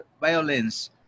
violence